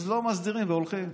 אז לא מסדירים והולכים.